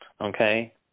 okay